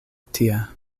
tia